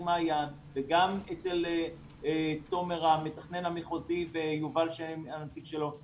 מעיין וגם אצל תומר המתכנן המחוזי ויובל הנציג שלו.